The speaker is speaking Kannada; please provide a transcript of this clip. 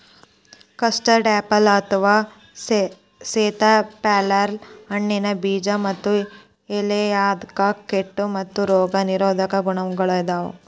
ಕಸ್ಟಡಆಪಲ್ ಅಥವಾ ಸೇತಾಪ್ಯಾರಲ ಹಣ್ಣಿನ ಬೇಜ ಮತ್ತ ಎಲೆಯಾಗ ಕೇಟಾ ಮತ್ತ ರೋಗ ನಿರೋಧಕ ಗುಣಗಳಾದಾವು